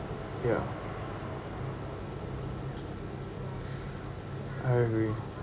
ya I agree